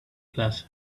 plaza